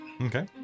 Okay